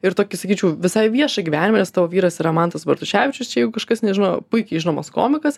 ir tokį sakyčiau visai viešą gyvenimą nes tavo vyras yra mantas bartuševičius čia jeigu kažkas nežino puikiai žinomas komikas